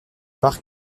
park